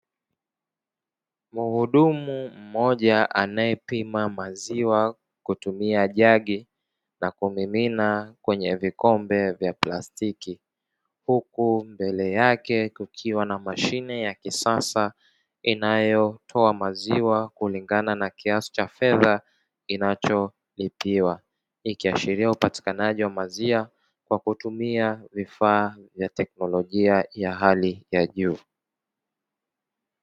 Muhudumu mmoja anayepima maziwa kwa kutumia jagi na kumina kwenye vikombe vya plastiki, huku mbele yake kukiwa na mashine ya kisasa inayotoa maziwa kulingana na kiasi cha fedha kinacholipiwa ikiashiria upatikanaji wa maziwa kwa kutumia vifaa vya teknolojia ya hali ya juu.